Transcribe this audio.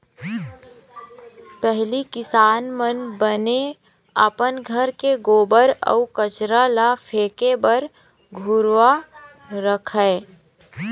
पहिली किसान मन बने अपन घर के गोबर अउ कचरा ल फेके बर घुरूवा रखय